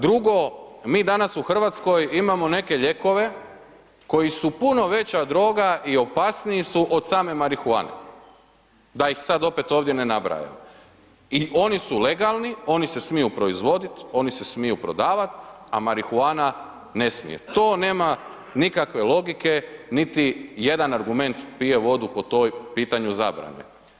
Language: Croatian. Drugo, mi danas u RH imamo neke lijekove koji su puno veća droga i opasniji su od same marihuane, da ih sad opet ovdje ne nabrajam i oni su legalni, oni se smiju proizvodit, oni se smiju prodavat, a marihuana ne smije, to nema nikakve logike, niti jedan argument pije vodu po toj pitanju zabrane.